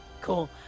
cool